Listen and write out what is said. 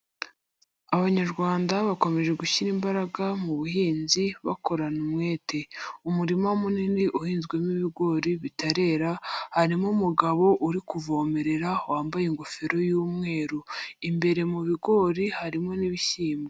Abanyarwanda bakomeje gushyira imbaraga mu buhinzi bakorana umwete. Umurima munini uhinzwemo ibigori bitarera, harimo umugabo uri kuvomerera, wambaye ingofero y'umweru. Imbere mu bigori harimo n'ibishyimbo.